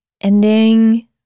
ending